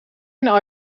een